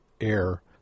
air